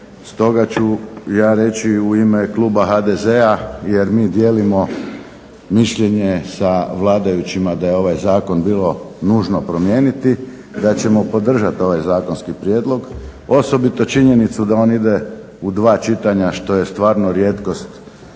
Stoga ću ja reći u ime kluba HDZ-a jer mi dijelimo mišljenje sa vladajućima da je ovaj zakon bilo nužno promijeniti, da ćemo podržat ovaj zakonski prijedlog, osobito činjenicu da on ide u dva čitanja što je stvarno rijetkost